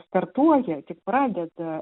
startuoja tik pradeda